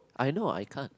I know I can't